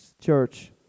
church